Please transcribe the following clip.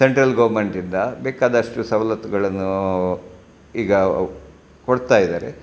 central ಗೌರ್ಮೆಂಟಿಂದ ಬೇಕಾದಷ್ಟು ಸವಲತ್ತುಗಳನ್ನು ಈಗ ಕೊಡ್ತಾಯಿದ್ದಾರೆ